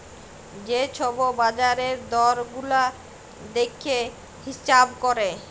যে ছব বাজারের দর গুলা দ্যাইখে হিঁছাব ক্যরে